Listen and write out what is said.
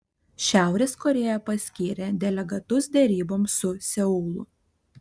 šiaurės korėja paskyrė delegatus deryboms su seulu